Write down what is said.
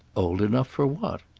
old enough for what?